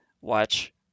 watch